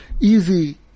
easy